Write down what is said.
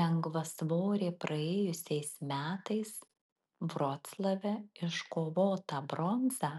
lengvasvorė praėjusiais metais vroclave iškovotą bronzą